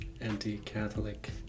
anti-Catholic